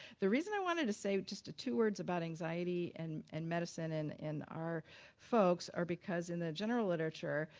the reason i wanted to say just two words about anxiety and and medicine and in our folks are because in the general literature,